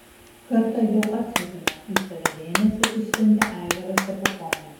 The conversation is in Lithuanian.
kartą jau atkreipėme į save dėmesį išsiuntę aivarą stepukonį